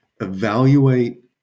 evaluate